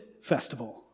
festival